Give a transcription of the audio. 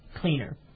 cleaner